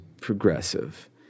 progressive